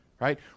right